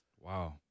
Wow